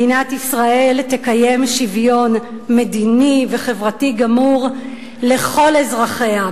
מדינת ישראל תקיים שוויון מדיני וחברתי גמור לכל אזרחיה,